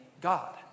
God